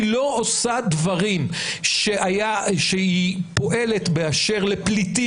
היא לא עושה דברים שהיא פועלת באשר לפליטים